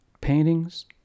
paintings